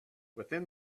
within